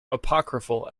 apocryphal